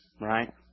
right